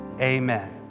Amen